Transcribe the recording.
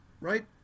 right